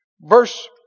Verse